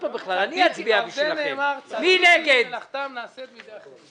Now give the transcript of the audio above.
מי בעד פניות מספר 363 עד 364?